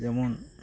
যেমন